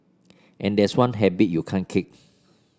and that's one habit you can't kick